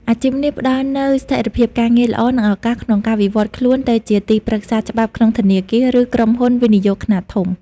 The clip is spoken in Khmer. អាជីពនេះផ្តល់នូវស្ថិរភាពការងារល្អ និងឱកាសក្នុងការវិវត្តខ្លួនទៅជាទីប្រឹក្សាច្បាប់ក្នុងធនាគារ ឬក្រុមហ៊ុនវិនិយោគខ្នាតធំ។